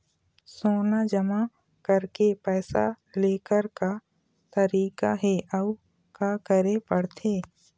सोना जमा करके पैसा लेकर का तरीका हे अउ का करे पड़थे?